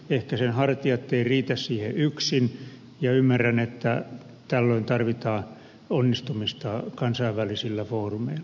ehkä sen hartiat eivät riitä siihen yksin ja ymmärrän että tällöin tarvitaan onnistumista kansainvälisillä foorumeilla